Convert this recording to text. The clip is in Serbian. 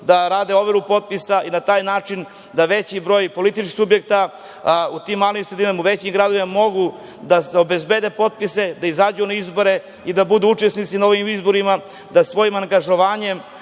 da rade overu potpisa i na taj način da veći broj političkih subjekata u tim malim sredinama, u većim gradovima mogu da obezbede potpise, da izađu na izbore i da budu učesnici na ovim izborima, da svojim angažovanjem